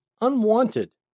unwanted